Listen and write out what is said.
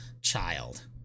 child